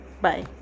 bye